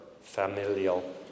familial